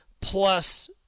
plus